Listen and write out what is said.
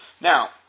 Now